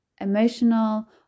emotional